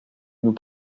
nous